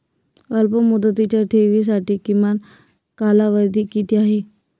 अल्पमुदतीच्या ठेवींसाठी किमान कालावधी किती आहे?